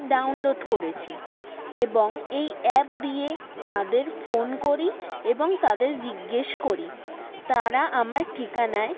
download করেছি এবং এই অ্যাপ দিয়ে তাদের ফোন করি এবং তাদের জিজ্ঞেস করি তারা আমার ঠিকানায়